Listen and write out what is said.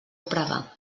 pregar